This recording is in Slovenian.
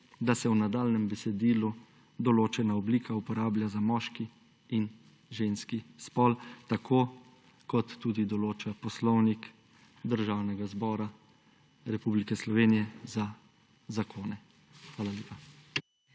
da se v nadaljnjem besedilu določena oblika uporablja za moški in ženski spol, tako kot tudi določa Poslovnik Državnega zbora Republike Slovenije za zakone. Hvala lepa.